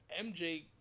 MJ